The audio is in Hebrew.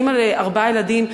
אני אימא לארבעה ילדים,